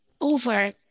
over